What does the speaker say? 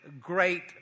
great